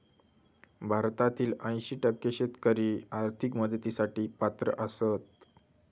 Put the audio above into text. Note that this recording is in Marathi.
भारतातील ऐंशी टक्के शेतकरी आर्थिक मदतीसाठी पात्र आसत